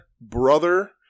brother